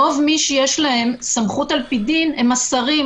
רוב מי שיש להם סמכות על פי דין הם השרים,